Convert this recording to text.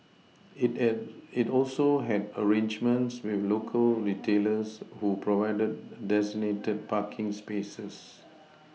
it an it also had arrangements with local retailers who provided designated parking spaces